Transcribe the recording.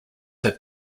have